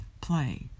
play